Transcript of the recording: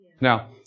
Now